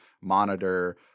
monitor